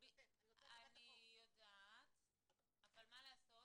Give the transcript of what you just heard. מה לעשות,